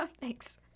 thanks